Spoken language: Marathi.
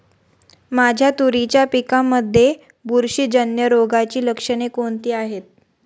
माझ्या तुरीच्या पिकामध्ये बुरशीजन्य रोगाची लक्षणे कोणती आहेत?